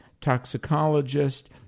toxicologist